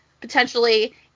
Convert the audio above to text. potentially